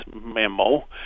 memo